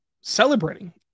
celebrating